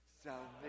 Salvation